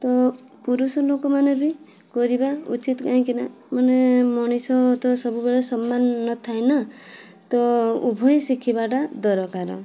ତ ପୁରୁଷ ଲୋକମାନେ ବି କରିବା ଉଚିତ କାହିଁକି ନା ମାନେ ମଣିଷ ତ ସବୁବେଳେ ସମାନ ନଥାଏ ନା ତ ଉଭୟ ଶିଖିବାଟା ଦରକାର